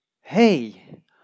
hey